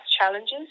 challenges